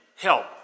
help